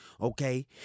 Okay